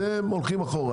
אתם הולכים אחורה.